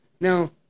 now